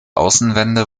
außenwände